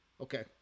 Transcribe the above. Okay